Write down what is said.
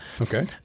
okay